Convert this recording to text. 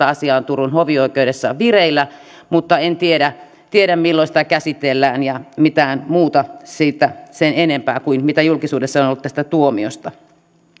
asia on turun hovioikeudessa vireillä mutta en tiedä milloin sitä käsitellään enkä mitään muuta sen enempää kuin julkisuudessa on ollut tästä tuomiosta